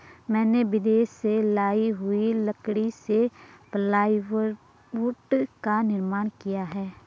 मैंने विदेश से लाई हुई लकड़ी से प्लाईवुड का निर्माण किया है